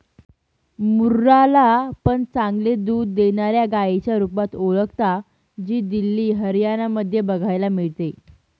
मुर्रा ला पण चांगले दूध देणाऱ्या गाईच्या रुपात ओळखता, जी दिल्ली, हरियाणा मध्ये बघायला मिळते